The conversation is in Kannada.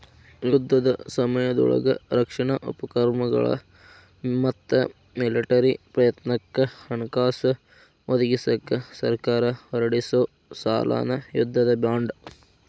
ಯುದ್ಧದ ಸಮಯದೊಳಗ ರಕ್ಷಣಾ ಉಪಕ್ರಮಗಳ ಮತ್ತ ಮಿಲಿಟರಿ ಪ್ರಯತ್ನಕ್ಕ ಹಣಕಾಸ ಒದಗಿಸಕ ಸರ್ಕಾರ ಹೊರಡಿಸೊ ಸಾಲನ ಯುದ್ಧದ ಬಾಂಡ್